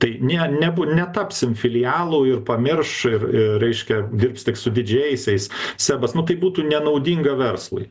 tai ne nebū netapsim filialu ir pamirš ir i reiškia dirbs tik su didžiaisiais sebas nu tai būtų nenaudinga verslui